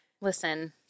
Listen